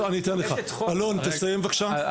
אלון, תסיים בבקשה.